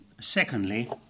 secondly